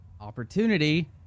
opportunity